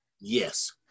Yes